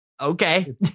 Okay